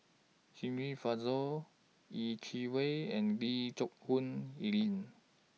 Shirin Fozdar Yeh Chi Wei and Lee Geck Hoon Ellen